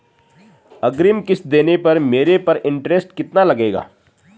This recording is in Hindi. अग्रिम किश्त देने पर मेरे पर इंट्रेस्ट कितना लगेगा?